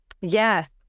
Yes